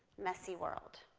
messy world.